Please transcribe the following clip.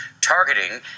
targeting